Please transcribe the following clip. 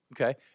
Okay